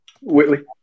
Whitley